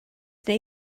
neu